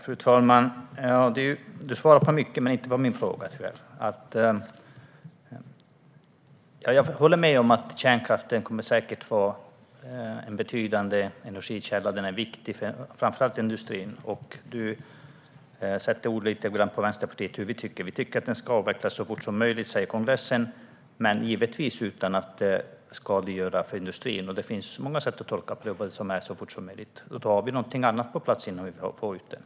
Fru talman! Sofia Fölster svarar på mycket men tyvärr inte på min fråga. Jag håller med om att kärnkraften säkert kommer att vara en betydande energikälla. Den är viktig för framför allt industrin. Sofia Fölster lägger orden i munnen på Vänsterpartiet. Kärnkraften ska avvecklas så fort som möjligt, enligt vår kongress, men givetvis utan att avvecklingen blir skadlig för industrin. Man kan tolka "så fort som möjligt" på många sätt. Vi ska ha något annat på plats innan vi får bort det.